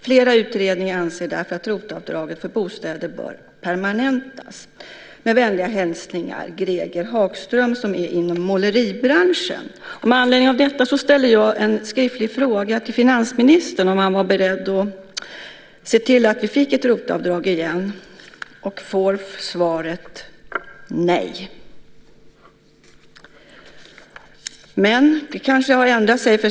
Flera utredningar anser därför att ROT-avdragen för bostäder bör permanentas. Brevet avslutas med vänliga hälsningar från Greger Hagström, som är inom måleribranschen. Med anledning av detta ställde jag en skriftlig fråga till finansministern om han var beredd att se till att vi fick ett ROT-avdrag igen. Det svar som jag fick var: Nej. Men det har kanske ändrats.